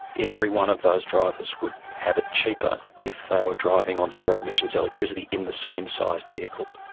every one of those drivers would have it cheaper if they were driving on zero-emissions electricity in the same sized vehicle.